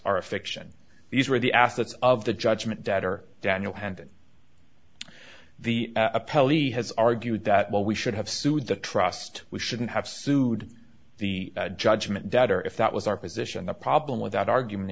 are a fiction these are the assets of the judgment debtor daniel handed the appellee has argued that well we should have sued the trust we shouldn't have sued the judgment debtor if that was our position the problem with that argument